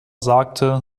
sagte